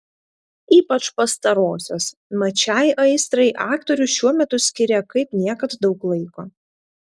ypač pastarosios mat šiai aistrai aktorius šiuo metu skiria kaip niekad daug laiko